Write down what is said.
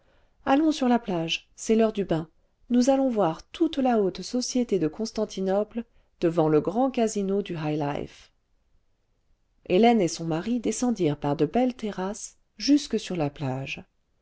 allons sur la plage c'est l'heure du bain nous allons voir toute la haute société de constantinople devant le grand casino du lligh life hélène et son mari descendirent par de belles terrasses jusque sur la plage